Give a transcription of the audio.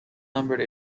numbered